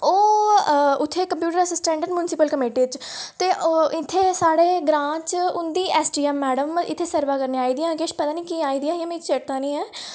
ओह् उत्थै computer assistant municipality committee च ते इत्थै साढ़े ग्रां च उंदी ऐस्सडीऐम्म मैडम न इत्थै सर्वे करने गी आई दियां हियां पता निं की आई दियां हियां मिगी चेत्ता निं ऐ